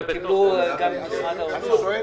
הם קיבלו גם ממשרד האוצר.